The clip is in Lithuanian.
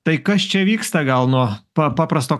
tai kas čia vyksta gal nuo paprasto